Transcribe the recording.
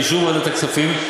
באישור ועדת הכספים,